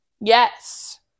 yes